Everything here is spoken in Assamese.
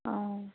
অঁ